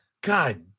God